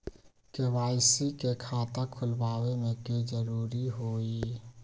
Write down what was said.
KYC के खाता खुलवा में की जरूरी होई?